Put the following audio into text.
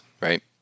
right